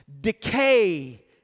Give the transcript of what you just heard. decay